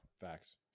Facts